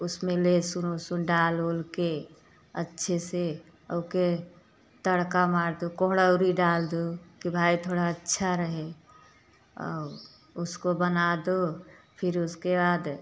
उसमें लेहसुन ओसुन डाल ओल के अच्छे से ओके तड़का मार दो कोहड़ौरी डाल दो कि भाई थोड़ा अच्छा रहे और उसको बना दो फिर उसके बाद